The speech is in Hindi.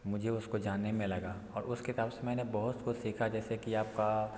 मुझे उसको जानने में लगा और उस किताब से मैंने बहुत कुछ सीखा जैसे कि आपका